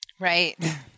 right